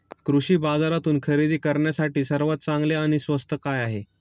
कृषी बाजारातून खरेदी करण्यासाठी सर्वात चांगले आणि स्वस्त काय आहे?